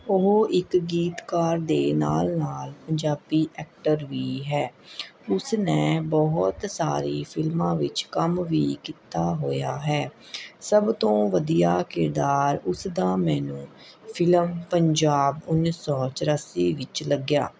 ਉਹ ਇੱਕ ਗੀਤਕਾਰ ਦੇ ਨਾਲ ਨਾਲ ਪੰਜਾਬੀ ਐਕਟਰ ਵੀ ਹੈ ਉਸ ਨੇ ਬਹੁਤ ਸਾਰੀ ਫਿਲਮਾਂ ਵਿੱਚ ਕੰਮ ਵੀ ਕੀਤਾ ਹੋਇਆ ਹੈ ਸਭ ਤੋਂ ਵਧੀਆ ਕਿਰਦਾਰ ਉਸਦਾ ਮੈਨੂੰ ਫਿਲਮ ਪੰਜਾਬ ਉੱਨੀ ਸੌ ਚੁਰਾਸੀ ਵਿੱਚ ਲੱਗਿਆ